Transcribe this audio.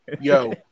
Yo